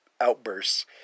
outbursts